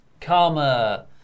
karma